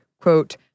quote